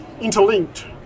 interlinked